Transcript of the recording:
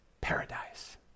Paradise